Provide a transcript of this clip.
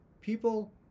People